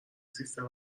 سیستم